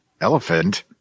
Elephant